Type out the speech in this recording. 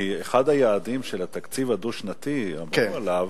כי אחד היעדים של התקציב הדו-שנתי, אמרו עליו: